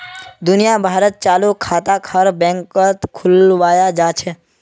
दुनिया भरत चालू खाताक हर बैंकत खुलवाया जा छे